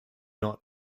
not